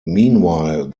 meanwhile